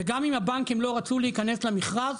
וגם אם הבנקים לא רצו להיכנס למכרז,